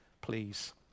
Please